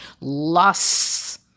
lusts